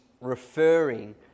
referring